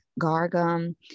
gargum